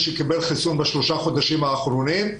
שקיבל חיסון בשלושת החודשים האחרונים,